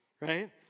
right